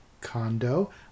condo